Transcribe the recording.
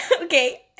okay